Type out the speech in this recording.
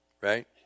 Right